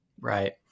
Right